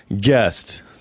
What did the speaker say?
guest